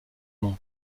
nom